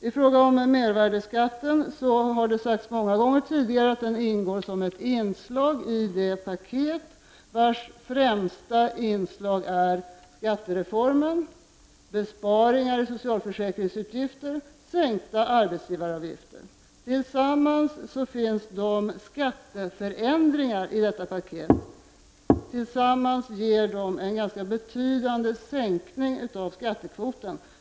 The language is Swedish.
I fråga om mervärdeskatten har det sagts många gånger tidigare att den ingår i det paket vars främsta inslag är skattereformen, besparingar i socialförsäkringsutgifter, sänkta arbetsgivaravgifter. De skatteförändringar som finns i detta paket ger tillsammans en ganska betydande sänkning av skattekvoten.